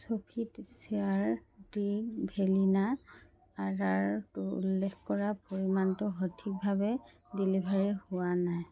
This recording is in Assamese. চোফিট চেয়াৰ ড্ৰিংক ভেনিলাৰ আৰ্ডাৰটোত উল্লেখ কৰা পৰিমাণটো সঠিকভাৱে ডেলিভাৰ হোৱা নাই